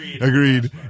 agreed